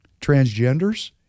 transgenders